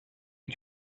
eat